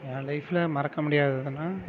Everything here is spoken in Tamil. என் லைஃப்பில் மறக்க முடியாததுனா